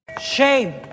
Shame